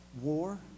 war